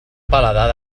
paladar